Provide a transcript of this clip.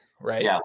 right